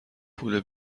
پول